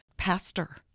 pastor